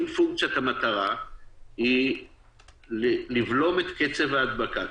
אם פונקציית המטרה היא לבלום את קצב ההדבקה,